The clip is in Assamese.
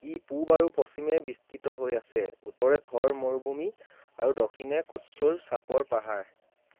ই পূব আৰু পশ্চিমে বিস্তৃত হৈ আছে উত্তৰে থৰ মৰুভূমি আৰু দক্ষিণে কুচ্চৰ চাপৰ পাহাৰ